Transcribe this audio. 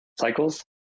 cycles